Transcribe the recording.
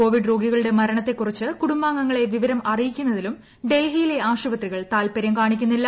Covid രോഗികളുടെ മരണത്തെ കുറിച്ച് കുടുംബാംഗങ്ങളെ വിവരം അറിയിക്കുന്നതിലും ഡൽഹിയിലെ ആശുപത്രിയിൽ താല്പര്യം കാണിക്കുന്നില്ല